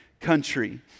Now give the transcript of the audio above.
country